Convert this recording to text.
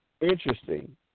interesting